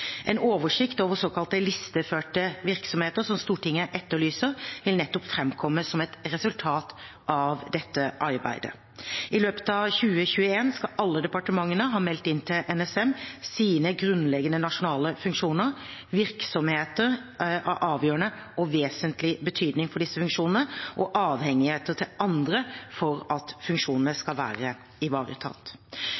En oversikt over såkalte listeførte virksomheter, som Stortinget etterlyser, vil nettopp framkomme som et resultat av dette arbeidet. I løpet av 2021 skal alle departementene ha meldt inn til NSM sine grunnleggende nasjonale funksjoner, virksomheter av avgjørende og vesentlig betydning for disse funksjonene og avhengigheter til andre for at funksjonene